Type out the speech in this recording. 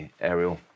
aerial